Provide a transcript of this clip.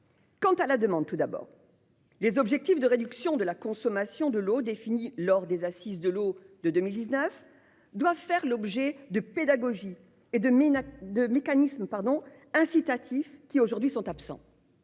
Quant à la demande, d'abord, les objectifs de réduction de la consommation de l'eau, définis lors des assises de l'eau de 2019, doivent faire l'objet de pédagogie ainsi que de mécanismes incitatifs qui font actuellement